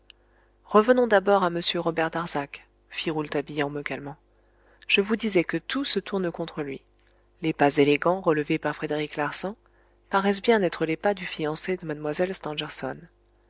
revenons d'abord à m robert darzac fit rouletabille en me calmant je vous disais que tout se tourne contre lui les pas élégants relevés par frédéric larsan paraissent bien être les pas du fiancé de mlle